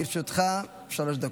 לרשותך שלוש דקות.